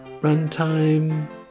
runtime